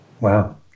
Wow